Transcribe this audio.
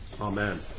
Amen